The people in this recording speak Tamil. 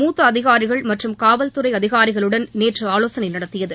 மூத்த அதிகாரிகள் மற்றும் காவல்துறை அதிகாரிகளுடன் நேற்று ஆலோசனை நடத்தியது